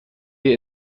wir